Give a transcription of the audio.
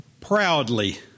proudly